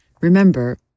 Remember